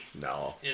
No